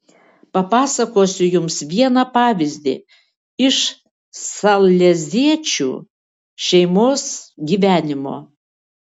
papasakosiu jums vieną pavyzdį iš saleziečių šeimos gyvenimo